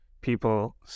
people